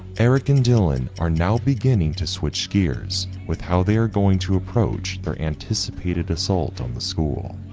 eric and dylan are now beginning to switch gears with how they are going to approach their anticipated assault on the school,